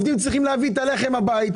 הם צריכים להביא את הלחם הביתה,